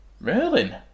Merlin